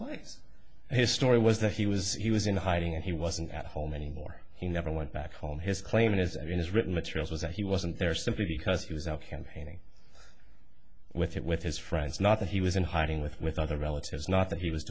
place his story was that he was he was in hiding and he wasn't at home anymore he never went back on his claim is i mean he's written materials was that he wasn't there simply because he was out campaigning with it with his friends not that he was in hiding with with other relatives not that he was